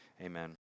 Amen